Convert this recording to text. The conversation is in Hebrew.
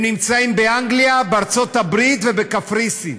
הם נמצאים באנגליה, בארצות הברית ובקפריסין,